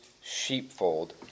sheepfold